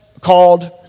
called